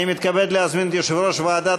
אני מתכבד להזמין את יושב-ראש ועדת